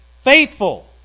Faithful